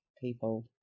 people